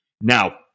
Now